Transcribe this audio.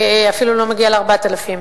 אפילו לא מגיע ל-4,000.